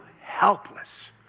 helpless